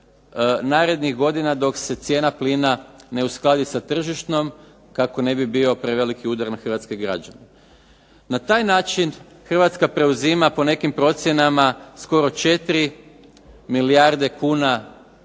narednih godina dok se cijena plina ne uskladi sa tržišnom kako ne bi bio preveliki udar na hrvatske građane. Na taj način Hrvatska preuzima, po nekim procjenama, skoro 4 milijarde kuna